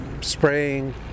spraying